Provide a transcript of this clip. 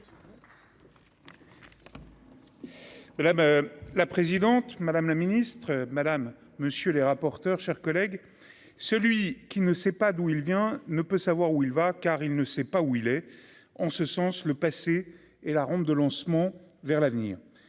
Madame la présidente, madame la ministre, madame, monsieur, les rapporteurs, chers collègues, celui qui ne sait pas d'où il vient, ne peut savoir où il va, car il ne sait pas où il est en ce sens, le passé et la rampe de lancement vers l'avenir,